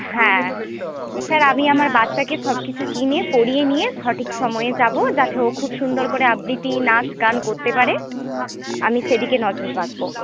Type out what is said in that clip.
হ্যাঁ স্যার আমি আমার বাচ্চাকে সবকিছু কিনে পরিয়ে নিয়ে সঠিক সময়ে যাব যাতে ও খুব সুন্দর করে আবৃত্তি নাচ গান করতে পারে আমি সেদিকে নজর রাখবো